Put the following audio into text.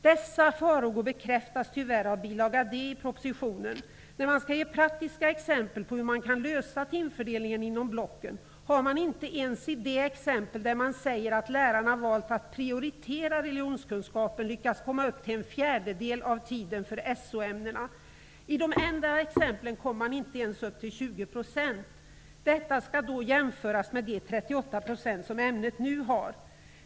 Dessa farhågor bekräftas tyvärr av bilaga D i propositionen. När man skall ge praktiska exempel på hur timfördelningen inom blocken kan lösas, har man inte ens i det exempel där man säger att lärarna valt att prioritera religionskunskapen lyckats komma upp till en fjärdedel av tiden för SO ämnena. I de andra exemplen kommer man inte ens upp till 20 %. Detta skall då jämföras med de 38 % som ämnet nu har.